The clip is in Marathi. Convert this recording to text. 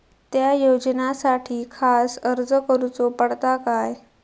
त्या योजनासाठी खास अर्ज करूचो पडता काय?